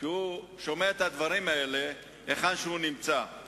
כשהיא בשלביה הראשונים שהיא מנהלת בית,